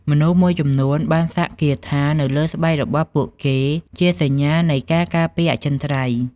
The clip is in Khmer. មនុស្សមួយចំនួនបានសាក់គាថានៅលើស្បែករបស់ពួកគេជាសញ្ញានៃការការពារអចិន្ត្រៃយ៍។